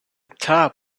top